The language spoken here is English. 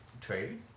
trade